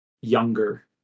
younger